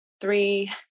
three